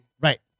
Right